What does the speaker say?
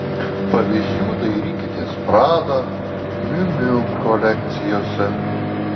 pavyzdžių dairykitės prada miu miu kolekcijose